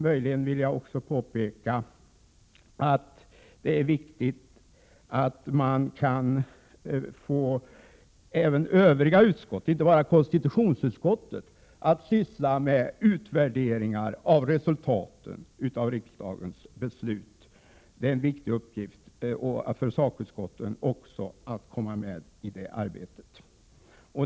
Möjligen vill jag också påpeka att det är viktigt att man kan få även övriga utskott, inte bara konstitutionsutskottet, att syssla med utvärderingar av resultaten av riksdagens beslut. Det är en viktig uppgift också för sakutskotten att komma med i det arbetet.